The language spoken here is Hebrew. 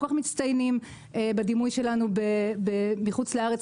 כך מצטיינים בדימוי שלנו בחוץ לארץ.